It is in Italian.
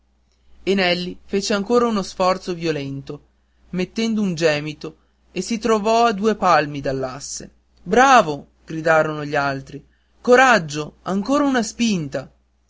nelli fece ancora uno sforzo violento mettendo un gemito e si trovò a due palmi dall'asse bravo gridarono gli altri coraggio ancora una spinta